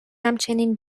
همچنین